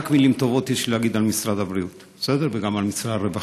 רק מילים טובות יש לי להגיד על משרד הבריאות ועל משרד הרווחה,